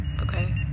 Okay